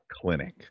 clinic